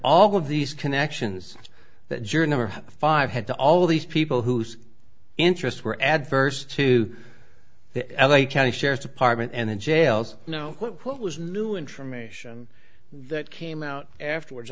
all of these connections that juror number five had to all these people whose interests were adverse to the l a county sheriff's department and in jails you know what was new information that came out afterwards